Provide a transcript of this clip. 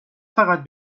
فقط